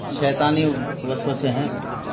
شیطانی وسوسے ہیں